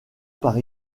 par